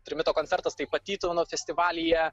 trimito koncertas taip pat tytuvėnų festivalyje